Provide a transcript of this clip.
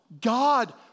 God